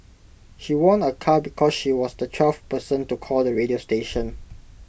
she won A car because she was the twelfth person to call the radio station